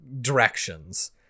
directions